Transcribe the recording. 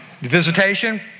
Visitation